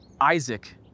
Isaac